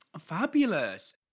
Fabulous